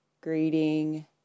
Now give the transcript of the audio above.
greeting